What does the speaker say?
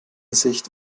sicht